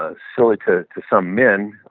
ah silly to to some men,